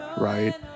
right